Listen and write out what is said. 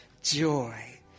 joy